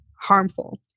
harmful